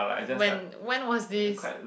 when when was this